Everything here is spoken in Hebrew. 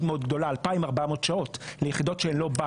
מאוד גדולה 2,400 שעות ליחידות שלא ---,